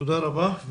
תודה רבה.